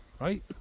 right